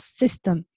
system